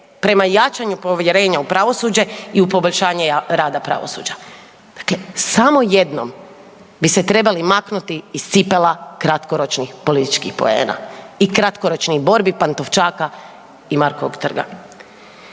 prema jačanju povjerenja u pravosuđe i u poboljšanje rada pravosuđa. Dakle, samo jednom bi se trebali maknuti iz cipela kratkoročnih političkih poena i kratkoročnih borbi Pantovčaka i Markovog trga.